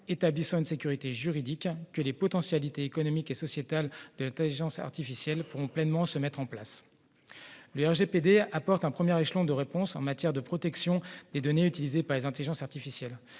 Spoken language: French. assurant une sécurité juridique, que les potentialités économiques et sociétales de l'intelligence artificielle pourront pleinement se réaliser. Le RGPD apporte un premier échelon de réponse en matière de protection des données utilisées par les intelligences artificielles,